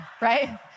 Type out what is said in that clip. right